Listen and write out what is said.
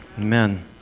Amen